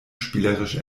spielerisch